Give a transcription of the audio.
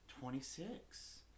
Twenty-six